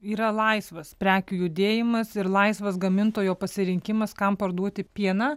yra laisvas prekių judėjimas ir laisvas gamintojo pasirinkimas kam parduoti pieną